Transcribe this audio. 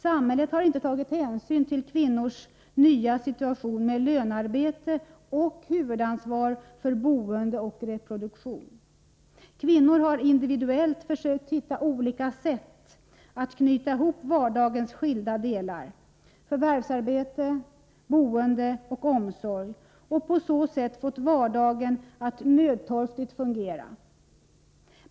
Samhället har inte tagit hänsyn till kvinnors nya situation med lönarbete och huvudansvar för boende och reproduktion. Kvinnor har individuellt försökt hitta olika sätt att knyta ihop vardagens skilda delar, förvärvsarbete, boende och omsorg, och på så sätt fått vardagen att nödtorftigt fungera.